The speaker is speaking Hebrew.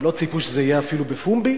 הם לא ציפו שזה יהיה אפילו בפומבי